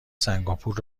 سنگاپور